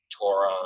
Torah